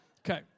Okay